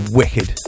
wicked